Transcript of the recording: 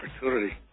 opportunity